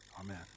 Amen